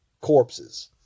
corpses